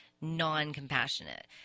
non-compassionate